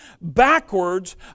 backwards